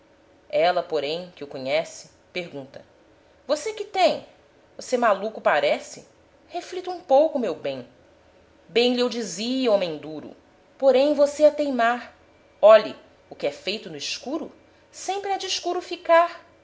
ela porém que o conhece pergunta você que tem você maluco parece reflita um pouco meu bem bem lhe eu dizia homem duro porém você a teimar olhe o que é feito no escuro sempre há-de de escuro ficar